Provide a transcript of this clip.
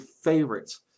favorites